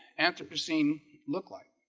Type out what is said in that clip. anthropocene look like